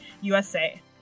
USA